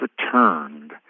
returned